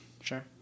Sure